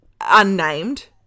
unnamed